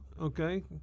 okay